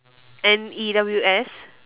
N E W S